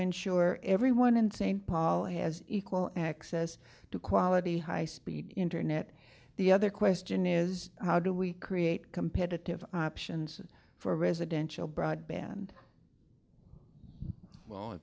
ensure everyone in st paul has equal access to quality high speed internet the other question is how do we create competitive options for residential broadband